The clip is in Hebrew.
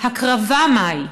הקרבה מהי.